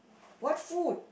what food